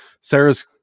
Sarah's